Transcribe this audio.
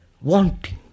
wanting